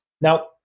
now